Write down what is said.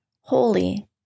holy